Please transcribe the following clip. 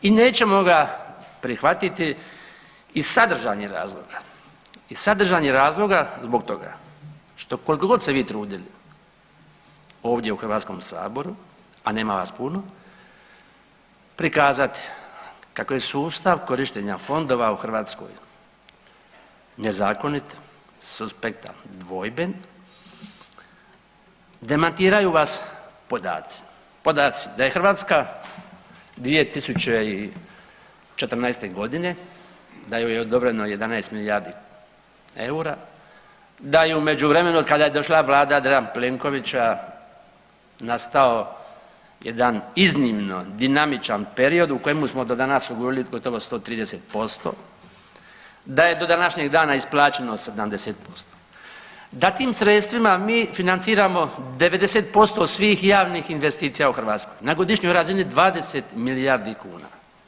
I nećemo ga prihvatiti iz sadržajnih razloga, iz sadržajnih razloga zbog toga što koliko god se vi trudili ovdje u Hrvatskom saboru, a nema vas puno prikazati kako je sustav korištenja fondova u Hrvatskoj nezakonit, suspektan, dvojben demantiraju vas podaci, podaci da je Hrvatska 2014. godine da joj je odobreno 11 milijardi eura, da je u međuvremenu od kada je došla Vlada Andreja Plenkovića nastao jedan iznimno dinamičan period u kojemu smo do danas ugovorili gotovo 130%, da je do današnjeg dana isplaćeno 70%, da tim sredstvima mi financiramo 90% svih javnih investicija u Hrvatskoj na godišnjoj razini 20 milijardi kuna.